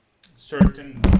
certain